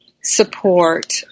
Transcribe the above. support